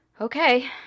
Okay